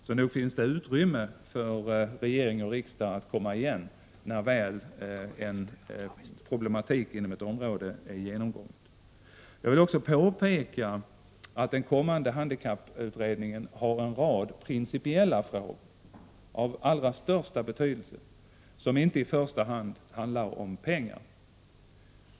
Så nog finns det utrymme för regering och riksdag att komma igen när en problematik inom ett område väl är genomgången. Jag vill också påpeka att den kommande handikapputredningen har en rad principiella frågor av allra största betydelse att ta ställning till och som inte i första hand handlar om pengar.